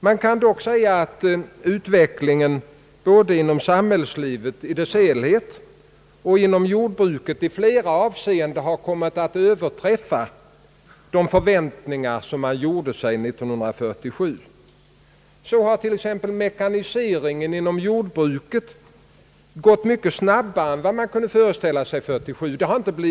Man kan dock säga att utvecklingen, både inom samhällslivet i dess helhet och inom jordbruket, i flera avseenden har kommit att överträffa de förväntningar som man gjorde sig 1947. Så har till exempel mekaniseringen inom jordbruket gått mycket snabbare än vad man kunde föreställa sig 1947.